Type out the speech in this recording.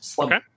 Okay